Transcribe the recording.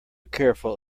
careful